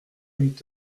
huit